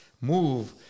move